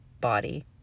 body